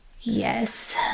Yes